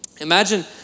Imagine